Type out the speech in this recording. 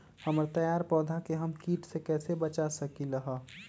हमर तैयार पौधा के हम किट से कैसे बचा सकलि ह?